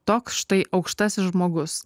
toks štai aukštasis žmogus